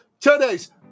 today's